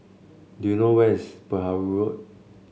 do you know where is Perahu Road